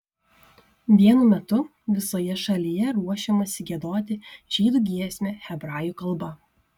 vienu metu visoje šalyje ruošiamasi giedoti žydų giesmę hebrajų kalba